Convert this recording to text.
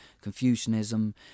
Confucianism